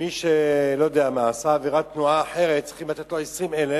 מי שעשה עבירת תנועה אחרת צריך לתת לו 20,000,